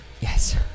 Yes